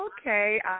okay